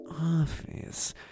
office